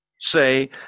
say